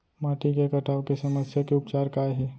माटी के कटाव के समस्या के उपचार काय हे?